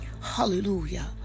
Hallelujah